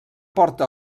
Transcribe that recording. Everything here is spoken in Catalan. porta